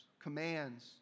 commands